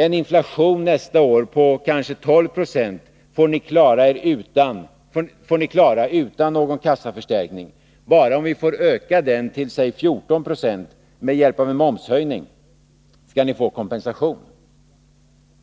En inflation nästa år på kanske 12 9 får ni klara utan någon kassaförstärkning. Bara om vi får öka den till 14 26 med hjälp av en momshöjning får ni kompensation!